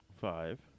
five